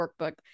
Workbook